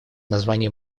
название